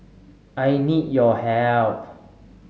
I need your help